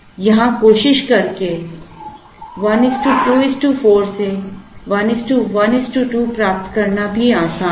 यहां कोशिश करके 124 से 112 प्राप्त करना भी आसान है